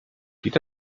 geht